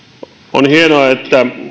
on hienoa että